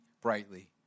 brightly